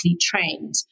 trained